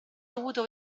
dovuto